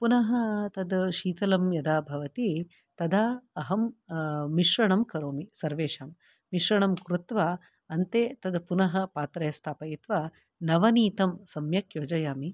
पुनः तत् शीतलं यदा भवति तदा अहं मिश्रणं करोमि सर्वेषां मिश्रणं कृत्वा अन्ते तत् पुनः पात्रे स्थापयित्वा नवनीतं सम्यक् योजयामि